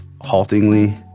haltingly